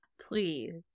please